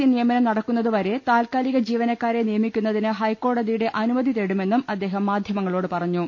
C നിയമനം നടക്കുന്നതുവരെ താൽക്കാലിക ജീവ നക്കാരെ നിയമിക്കുന്നതിന് ഹൈക്കോടതിയുടെ അനുമതി തേടു മെന്നും അദ്ദേഹം മാധ്യമങ്ങളോട് പറഞ്ഞു